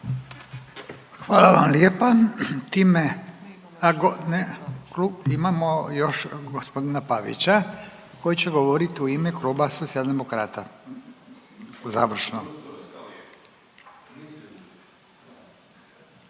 Hvala vam lijepa. Time, imamo još gospodina Pavića koji će govorit u ime Kluba Socijaldemokrata. Završno.